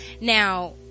Now